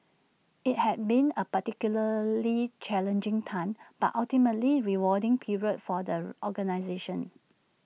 IT had been A particularly challenging time but ultimately rewarding period for the organisation